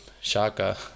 Shaka